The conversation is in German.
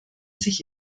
sich